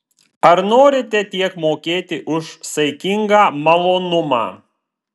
ar norite tiek mokėti už saikingą malonumą